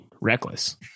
reckless